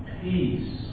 peace